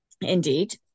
Indeed